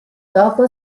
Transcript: dopo